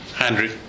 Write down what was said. Andrew